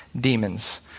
demons